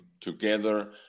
together